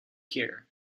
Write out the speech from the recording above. here